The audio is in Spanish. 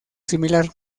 similar